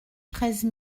treize